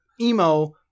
emo